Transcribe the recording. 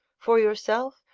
for yourself,